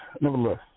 Nevertheless